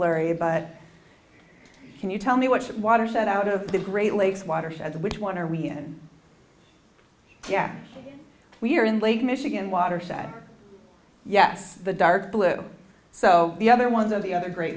blurry but can you tell me which watershed out of the great lakes watershed which one are we in yeah we're in lake michigan watershed yes the dark blue so the other ones of the other great